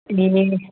ए